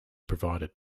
provided